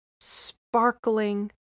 sparkling